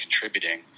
contributing